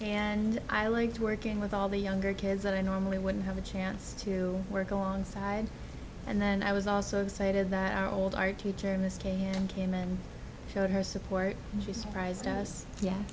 and i liked working with all the younger kids that i normally wouldn't have a chance to work alongside and then i was also excited that our old art teacher miss him came and showed her support and she surprised us ye